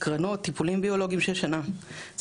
תצטרכי הקרנות וטיפולים ביולוגיים במשך שנה.״